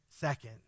second